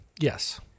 Yes